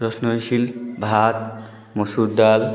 ভাত মুসুর ডাল